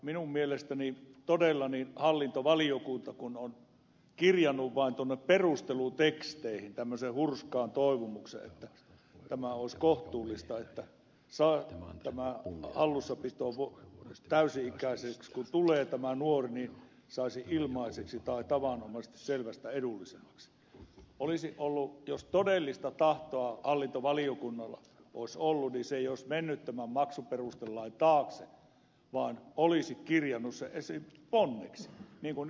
minun mielestäni todella hallintovaliokunta kun on kirjannut vain perusteluteksteihin tämmöisen hurskaan toivomuksen että tämä olisi kohtuullista että kun tämä nuori tulee täysi ikäiseksi hän saisi hallussapitoluvan ilmaiseksi tai tavanomaista selvästi edullisemmin jos todellista tahtoa hallintovaliokunnalla olisi ollut niin se ei olisi mennyt tämän maksuperustelain taakse vaan olisi kirjannut sen esimerkiksi ponneksi niin kuin nyt ed